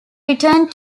returned